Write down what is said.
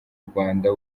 rwanda